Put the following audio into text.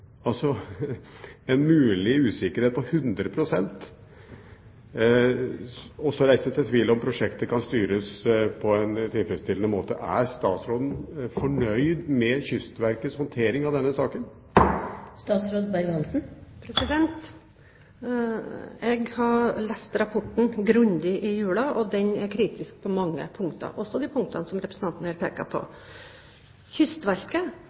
en mulig usikkerhet på 100 pst., og så reises det tvil om prosjektet kan styres på en tilfredsstillende måte! Er statsråden fornøyd med Kystverkets håndtering av denne saken? Jeg leste rapporten grundig i julen, og den er kritisk til mange punkter, også til de punktene som representanten her pekte på. Kystverket